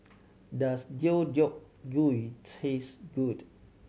does Deodeok Gui taste good